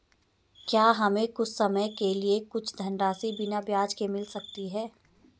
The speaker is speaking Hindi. क्या हमें कुछ समय के लिए कुछ धनराशि बिना ब्याज के मिल सकती है?